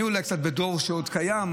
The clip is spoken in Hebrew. ואני אולי קצת בדור שעוד קיים,